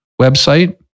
website